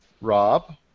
Rob